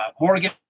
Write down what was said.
Morgan